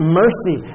mercy